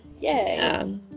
Yay